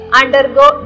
undergo